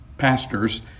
pastors